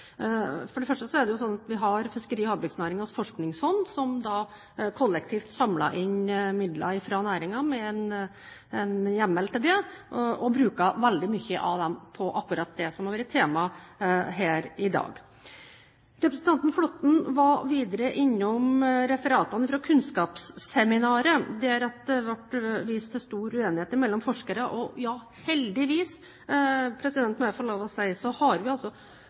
For det første er det jo slik at vi har Fiskeri- og havbruksnæringens forskningsfond, som kollektivt, med hjemmel, samler inn midler fra næringen og bruker veldig mye av dem på akkurat det som har vært temaet her i dag. Representanten Flåtten var videre innom referatene fra kunnskapsseminaret, der det ble vist til stor uenighet mellom forskere. Ja, heldigvis, må jeg få lov å si, har vi altså